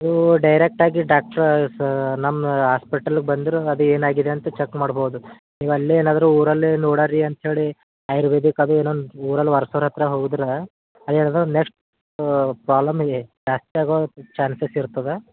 ನೀವು ಡೈರೆಕ್ಟ್ ಆಗಿ ಡಾಕ್ಟರ್ ನಮ್ಮ ಹಾಸ್ಪಿಟಲ್ಗೆ ಬಂದು ಅದು ಏನಾಗಿದೆ ಅಂತ ಚೆಕ್ ಮಾಡ್ಬೋದು ನೀವು ಅಲ್ಲೆ ಏನಾದರು ಊರಲ್ಲಿ ನೋಡಾರಿ ಅಂತೇಳಿ ಆಯುರ್ವೇದಿಕ್ ಅದು ಏನು ಊರಲ್ಲಿ ವಾರ್ಸಾರ ಹತ್ತಿರ ಹೋದರೆ ಅದೇನದೆ ನೆಕ್ಸ್ಟ್ ಪ್ರಾಬ್ಲಮಿಗೆ ಜಾಸ್ತಿ ಆಗೋ ಚಾನ್ಸಸ್ ಇರ್ತದೆ